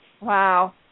Wow